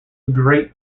great